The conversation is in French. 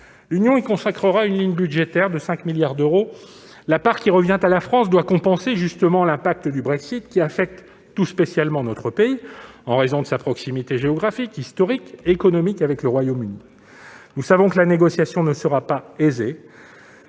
y consacrera une ligne budgétaire de 5 milliards d'euros. La part qui revient à la France doit compenser l'impact du Brexit qui affecte tout spécialement notre pays, en raison de sa proximité géographique, historique et économique avec le Royaume-Uni. Nous savons que la négociation ne sera pas aisée